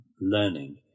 learning